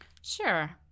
Sure